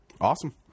Awesome